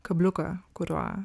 kabliuką kuriuo